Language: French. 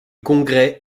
congrès